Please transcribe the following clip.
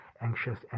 anxious